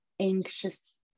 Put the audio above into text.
anxious